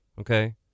okay